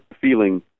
feeling